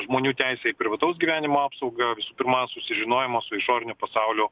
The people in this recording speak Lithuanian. žmonių teisė į privataus gyvenimo apsaugą visų pirma susižinojimo su išoriniu pasauliu